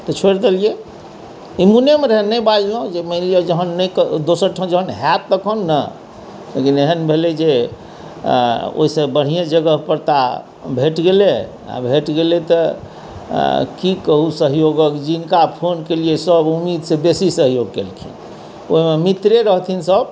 तऽ छोड़ि देलियै मोनमे रहै नहि बाजलहुँ जे मानि लिअ जहन नहि दोसर ठन जखन हैत तखन ने लेकिन एहन भेलै जे ओइसँ बढ़िए जगहपर ता भेट गेलै आओर भेट गेलै तऽ की कहू सहयोगक जिनका फोन केलियै सब उम्मीदसँ बेसी सहयोग केलखिन मित्रे रहथिन सब